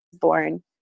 born